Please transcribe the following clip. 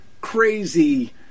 crazy